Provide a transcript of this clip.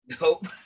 Nope